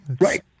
right